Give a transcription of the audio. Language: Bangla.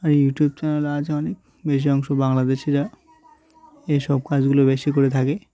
আর ইউটিউব চ্যানেল আছে অনেক বেশি অংশ বাংলাদেশীরা এসব কাজগুলো বেশি করে থাকে